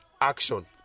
action